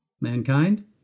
mankind